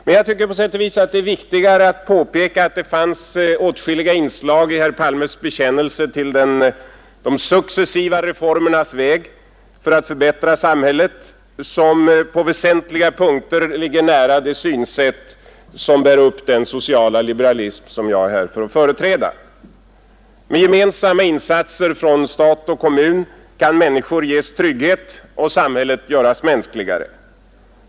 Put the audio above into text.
Men jag tycker på sätt och vis att det är viktigare att påpeka att det fanns åtskilliga inslag i herr Palmes bekännelse till de successiva reformernas väg för att förbättra samhället, som på väsentliga punkter ligger nära det synsätt som bär upp den sociala liberalism, som jag är här för att företräda. Med gemensamma insatser från stat och kommun kan människor ges trygghet och samhället göras mänskligare.